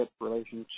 relationship